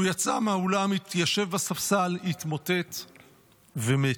הוא יצא מהאולם, התיישב בספסל התמוטט ומת.